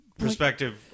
perspective